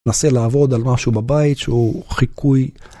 נסה לעבוד על משהו בבית שהוא חיקוי.